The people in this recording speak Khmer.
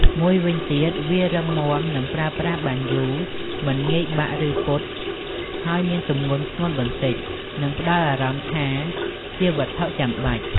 មួយវិញទៀត វារឹងមាំ និងប្រើប្រាស់បានយូរ មិនងាយបាក់ ឬពត់ ហើយមានទម្ងន់ធ្ងន់បន្តិច និងផ្តល់អារម្មណ៍ថាជាវត្ថុចាំបាច់។